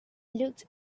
looked